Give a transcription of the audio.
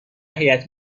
هیات